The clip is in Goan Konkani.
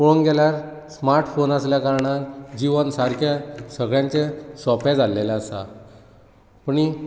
पळोवंक गेल्यार स्मार्टफोन आसल्या कारणान जिवन सारके सगळ्यांचें सोंपें जाल्लेलें आसा पुणी